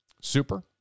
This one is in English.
super